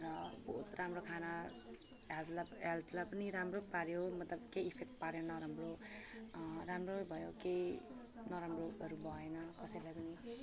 र बहुत राम्रो खाना हेल्थलाई हेल्थलाई पनि राम्रो पाऱ्यो मतलब केही इफेक्ट पारेन नराम्रो राम्रो भयो केही नराम्रोहरू भएन कसैलाई पनि